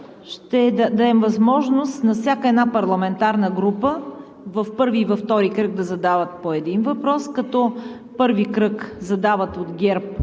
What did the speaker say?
ще дадем възможност на всяка една парламентарна група в първи и във втори кръг да задават по един въпрос, като в първи кръг от ГЕРБ